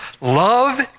Love